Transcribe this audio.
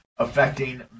Affecting